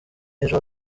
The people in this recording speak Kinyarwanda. ejo